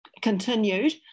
continued